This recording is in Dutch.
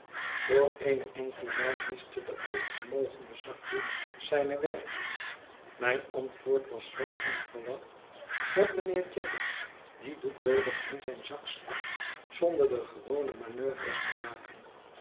voor eene enkele maal miste de alvermogende zakdoek zijne werking mijn antwoord was zoo onverwacht dat mijnheer jaggers dien doek weder in zijn zak stak zonder de gewone manoeuvres te maken